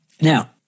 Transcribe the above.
Now